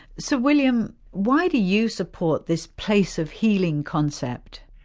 sir william why do you support this place of healing concept.